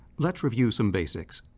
let's review some basics.